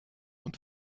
und